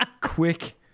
Quick